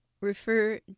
refer